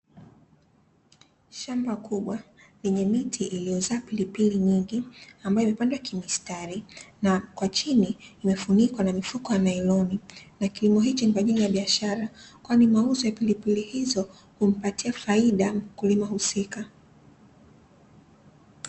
Shamba kubwa lenye miti iliyozaa pilipili nyingi ambayo imepandwa kimistari, na kwa chini imefunikwa na mifuko ya nailoni, na kilimo hiki ni kwa ajili ya biashara, kwani mauzo ya pilipili hizo humpatia faida mkulima husika.